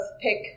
pick